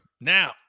now